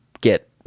get